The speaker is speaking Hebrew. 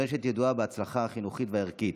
הרשת ידועה בהצלחה החינוכית והערכית.